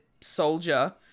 soldier